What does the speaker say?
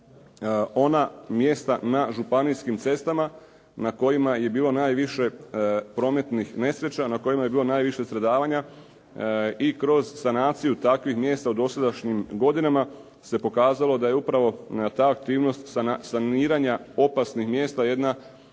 ona mjesta na županijskim cestama na kojima je bilo najviše prometnih nesreća, na kojima je bilo najviše stradavanja i kroz sanaciju takvih mjesta u dosadašnjim godinama se pokazalo da je upravo ta aktivnost saniranja opasnih mjesta jedna